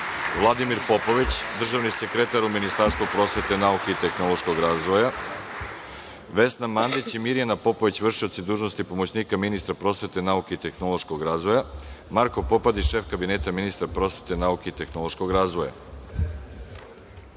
Vladimir Popović, državni sekretar u Ministarstvu prosvete, nauke i tehnološkog razvoja, Vesna Mandić i Mirjana Popović, vršioci dužnosti pomoćnika ministra prosvete, nauke i tehnološkog razvoja i Marko Popadić, šef kabineta ministra prosvete, nauke i tehnološkog razvoja. Pre